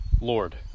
Lord